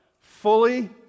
Fully